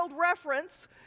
reference